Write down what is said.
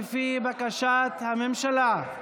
לפי בקשת הממשלה,